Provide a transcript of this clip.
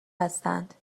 هستند